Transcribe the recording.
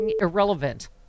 irrelevant